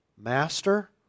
master